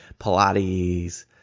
Pilates